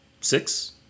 Six